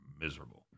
miserable